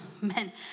Men